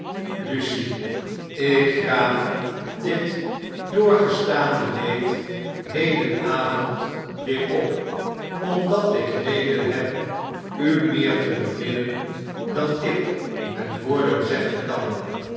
lucie ik graaf dit doorgestane leedhedenavond weer op omdat ik reden heb u meer te beminnen dan ik met woorden zeggen kan